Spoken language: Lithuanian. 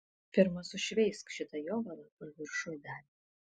pirma sušveisk šitą jovalą kur viršuj davė